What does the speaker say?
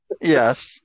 yes